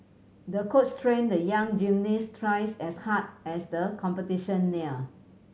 the coach trained the young gymnast twice as hard as the competition neared